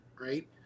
right